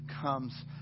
comes